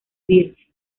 beer